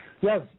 Yes